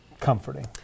comforting